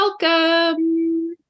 welcome